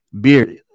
Beard